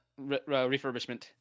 Refurbishment